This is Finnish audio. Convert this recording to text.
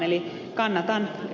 eli kannatan ed